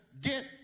get